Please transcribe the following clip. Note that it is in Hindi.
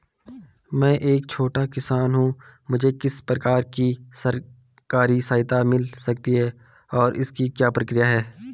मैं एक छोटा किसान हूँ मुझे किस प्रकार की सरकारी सहायता मिल सकती है और इसकी क्या प्रक्रिया है?